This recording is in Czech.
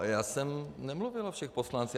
Já jsem nemluvil o všech poslancích.